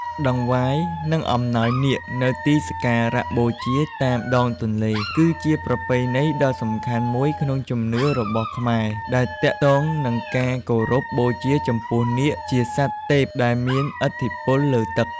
តង្វាយ និងអំណោយនាគនៅទីសក្ការៈបូជាតាមដងទន្លេ គឺជាប្រពៃណីដ៏សំខាន់មួយក្នុងជំនឿរបស់ខ្មែរ ដែលទាក់ទងនឹងការគោរពបូជាចំពោះនាគ ជាសត្វទេពដែលមានឥទ្ធិពលលើទឹក។